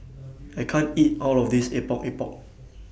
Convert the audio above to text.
I can't eat All of This Epok Epok